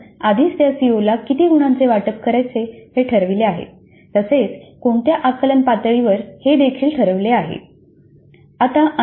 आता आपण आधीच त्या सीओला किती गुणांचे वाटप करायचे हे ठरविले आहे तसेच कोणत्या आकलन पातळीवर हेदेखील ठरवले आहे